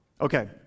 okay